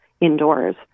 indoors